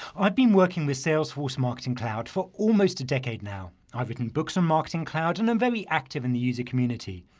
i've been working with salesforce marketing cloud for almost a decade now, i've written books on marketing cloud and i'm very active in the user community.